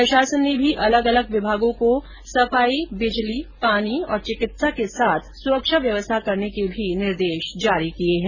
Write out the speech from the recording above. प्रशासन ने भी अलग अलग विभागों को सफाई बिजली पानी और चिकित्सा के साथ सुरक्षा व्यवस्था करने के भी निर्देश जारी किये है